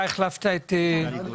אתה החלפת את טלי.